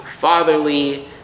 fatherly